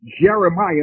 Jeremiah